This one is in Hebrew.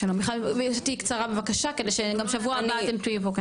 שלום מיכל תהיי קצרה בבקשה כדי שגם שבוע אתם תהיו כאן.